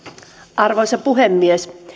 arvoisa puhemies